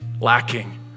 lacking